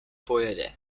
pojede